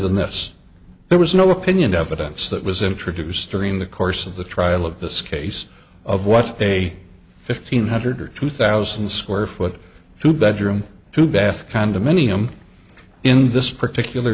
than this there was no opinion evidence that was introduced during the course of the trial of this case of what a fifteen hundred or two thousand square foot two bedroom two bath condominium in this particular